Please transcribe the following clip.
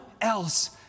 else